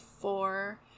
four